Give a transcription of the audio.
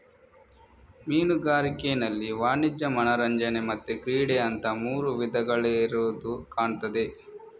ಮೀನುಗಾರಿಕೆನಲ್ಲಿ ವಾಣಿಜ್ಯ, ಮನರಂಜನೆ ಮತ್ತೆ ಕ್ರೀಡೆ ಅಂತ ಮೂರು ವಿಧಗಳಿರುದು ಕಾಣ್ತದೆ